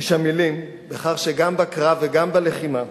איש המלים, בכך שגם בקרב וגם בלחימה,